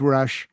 Rush